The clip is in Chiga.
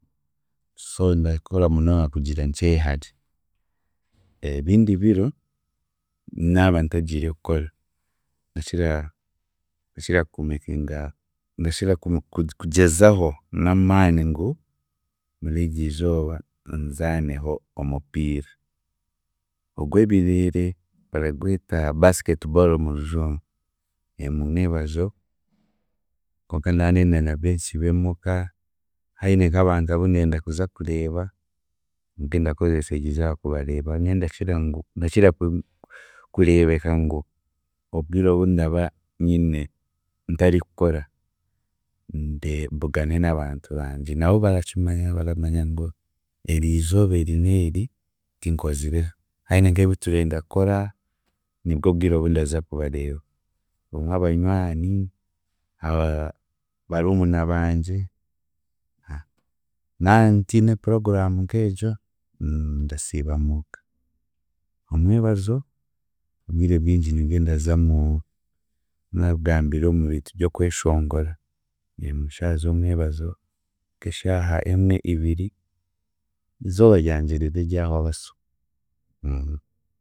So ndakora munonga kugira nkyehare. Ebindi biro, naaba ntagiire kukora, ndakira, ndakira kumakinga, ndakira ku- kugyezaho n'amaani ngu muri eryizooba nzaneho omupiira ogw'ebireere baragweta basketball Murujungu. Mu mwebazo konka ndandenda nabwe nsiibe muuka haahiine nk'abantu abu ndenda kuza kureeba, nabwe ndakozesa eryizooba kubareeba, nyowe ndakira ngu- ndakira kureebeka ngu obwire obundaba nyine ntari kukora, mbugane n'abantu bangye nabo barakimanya baramanya ngu eriizooba eri n'eri, tinkozire haahiine nk'ebiturenda kukora, nibwe obwire obundaza kubareeba, obumwe abanywani, a- barumuna bangye, nantiine puroguramu nk'egyo, ndasiiba muuka, mumwebazo, obwire obwingi nibwe ndaza mu naanakugambiire mu bintu by'okweshongora eshaaha z'omwebazo nk'eshaaha emwe, ibiri, izooba ryangye ribe ryahwa baso